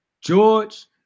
George